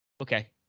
Okay